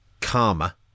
Karma